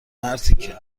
مرتیکه